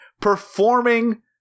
performing